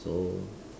so